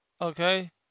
okay